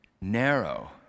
narrow